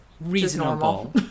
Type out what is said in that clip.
reasonable